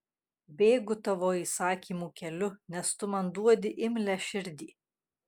bėgu tavo įsakymų keliu nes tu man duodi imlią širdį